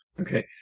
Okay